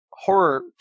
horror